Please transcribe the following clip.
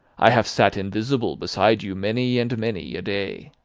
i have sat invisible beside you many and many a day.